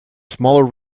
smaller